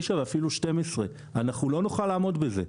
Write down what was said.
9% ואפילו 12%. אנחנו לא נוכל לעמוד בזה.